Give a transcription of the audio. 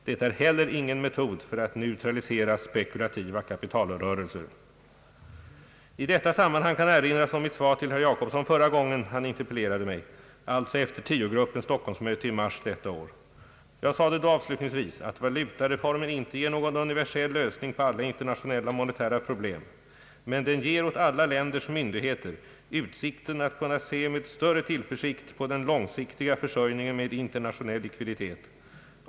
Det är heller ingen metod för att neutralisera spekulativa kapitalrörelser. I detta sammanhang kan erinras om mitt svar till herr Jacobsson förra gången han interpellerade mig, alltså efter tiogruppens Stockholms-möte i mars detta år. Jag sade då avslutningsvis att valutareformen inte ger någon universell lösning på alla internationella monetära problem, men den ger åt alla länders myndigheter utsikter att kunna se med större tillförsikt på den långsiktiga försörjningen med internationell likviditet.